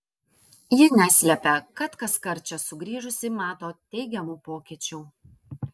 ji neslepia kad kaskart čia sugrįžusi mato teigiamų pokyčių